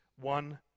one